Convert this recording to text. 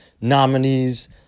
nominees